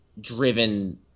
driven